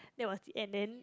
that was it and then